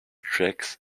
tracks